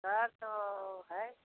तो है